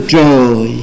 joy